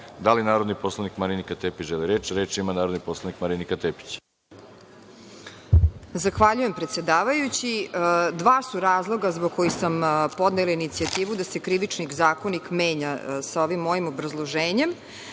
li narodni poslanik Marinika Tepić želi reč? (Ne.)Reč ima narodni poslanik Marinika Tepić. **Marinika Tepić** Zahvaljujem. Dva su razloga zbog kojih sam podnela inicijativu da se Krivični zakonik menja, sa ovim mojim obrazloženjem,